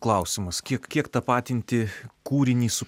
klausimas kiek kiek tapatinti kūrinį su kūrėju